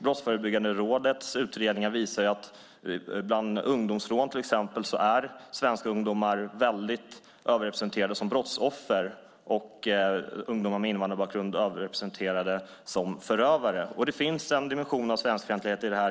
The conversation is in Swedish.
Brottsförebyggande rådets utredningar visar att bland ungdomsrånen är svenska ungdomar överrepresenterade som brottsoffer och ungdomar med invandrarbakgrund överrepresenterade som förövare. Det finns en dimension av svenskfientlighet i det här.